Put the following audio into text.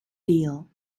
deal